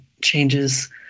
changes